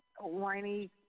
Whiny